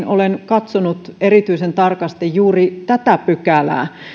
olen katsonut erityisen tarkasti juuri tätä pykälää